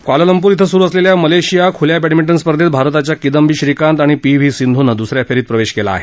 Kuala Lumpur इथं सुरू असलेल्या मलेशिया खुल्या बॅडमिंटन स्पर्धेत भारताच्या किदम्बी श्रीकांत आणि पी व्ही सिंधू नं दुसऱ्या फेरीत प्रवेश केला आहे